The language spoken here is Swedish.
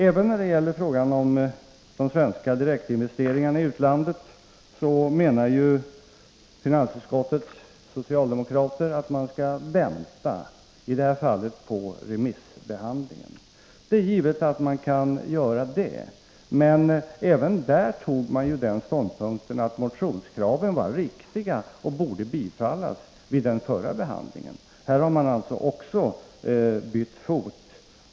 Även när det gäller frågan om de svenska direktinvesteringarna i utlandet anser finansutskottets socialdemokrater att man skall vänta, i detta fall på remissbehandlingen av direktinvesteringskommitténs betänkande, och det är givet att man kan göra det. Men även här intog socialdemokraterna vid den förra behandlingen den ståndpunkten att motionskraven var riktiga och borde bifallas. Också i den frågan har de alltså gjort helt om.